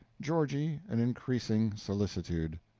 georgie an increasing solicitude.